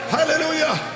Hallelujah